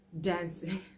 dancing